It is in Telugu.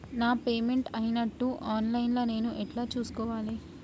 నా పేమెంట్ అయినట్టు ఆన్ లైన్ లా నేను ఎట్ల చూస్కోవాలే?